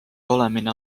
olemine